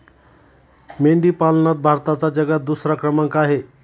मेंढी पालनात भारताचा जगात दुसरा क्रमांक आहे